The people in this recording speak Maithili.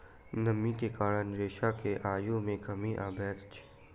नमी के कारण रेशा के आयु मे कमी अबैत अछि